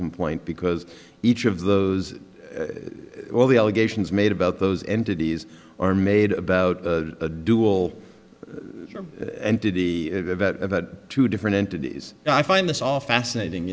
complaint because each of those all the allegations made about those entities are made about a dual entity that two different entities and i find this all fascinating